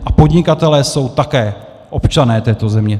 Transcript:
A podnikatelé jsou také občané této země.